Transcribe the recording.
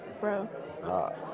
Bro